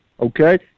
okay